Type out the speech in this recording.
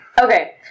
Okay